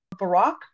Barack